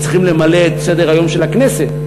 וצריכים למלא את סדר-היום של הכנסת,